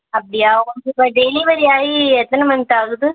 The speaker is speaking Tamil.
அப்படியா உங்களுக்கு டெலிவரி ஆகி எத்தனை மந்த் ஆகுது